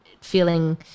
feeling